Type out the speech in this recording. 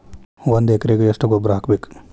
ಒಂದ್ ಎಕರೆಗೆ ಎಷ್ಟ ಗೊಬ್ಬರ ಹಾಕ್ಬೇಕ್?